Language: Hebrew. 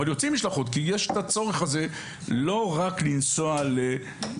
אבל יוצאות משלחות כי יש את הצורך הזה לא רק לנסוע לפולין.